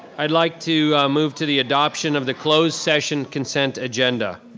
i'd like to move to the adoption of the closed session consent agenda.